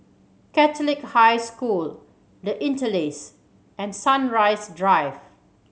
Catholic High School The Interlace and Sunrise Drive